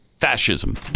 fascism